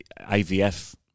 IVF